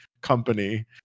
company